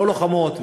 לא לוחמות,